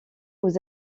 aux